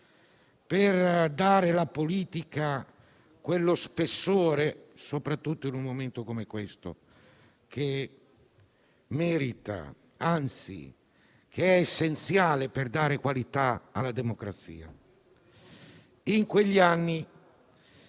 per dare alla politica quello spessore che, soprattutto in un momento come questo, merita ed è, anzi, essenziale per assicurare qualità alla democrazia. In quegli anni